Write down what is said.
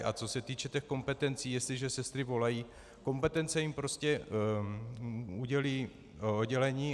A co se týče těch kompetencí, jestliže sestry volají, kompetence jim prostě udělí oddělení.